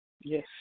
Yes